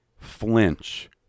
flinch